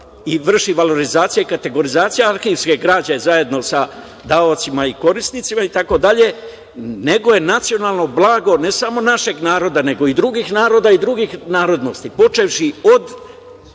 i vrši valorizacija i kategorizacija arhivske građe zajedno sa davaocima i korisnicima itd, neguje nacionalno blago ne samo našeg naroda nego i drugih naroda i narodnosti počevši od